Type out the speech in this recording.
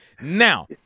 Now